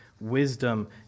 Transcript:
wisdom